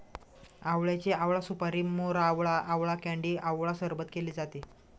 आवळ्याचे आवळा सुपारी, मोरावळा, आवळा कँडी आवळा सरबत केले जाते